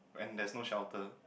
and there's no shelter